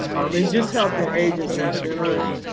i mean just helping agents in general.